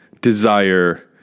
desire